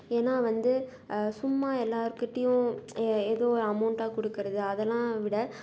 ஏன்னா வந்து சும்மா எல்லாருக்கிட்டேயும் எ எதோ ஒரு அமௌண்டாக கொடுக்குறது அதலாம் விட